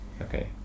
okay